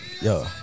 Yo